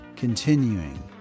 Continuing